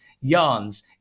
yarns